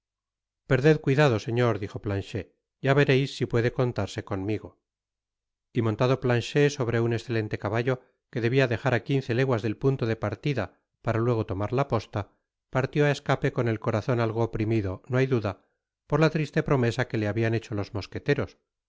perded cuidado señor dijo planchet ya vereis si puede contarse conmigo y montado planchet sobre un escelente caballo que debia dejar á quince leguas del punto de partida para luego tomar la posta partió á escape con el corazon algo oprimido no hay duda por la triste promesa que le habian hecho los mosqueteros